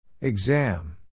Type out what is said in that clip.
Exam